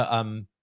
um.